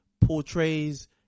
portrays